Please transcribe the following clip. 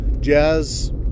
Jazz